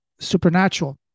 supernatural